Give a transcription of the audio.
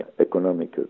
economic